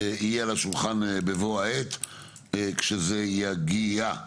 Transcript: יהיה על השולחן בבוא העת כשזה יגיע.